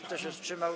Kto się wstrzymał?